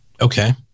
Okay